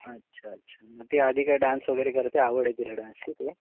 अच्छा अच्छा मग ते आधी काय डान्स वगैरे करते आवड आहे तिला डान्सची पुढे